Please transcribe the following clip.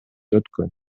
өткөн